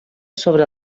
sobre